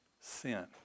Sin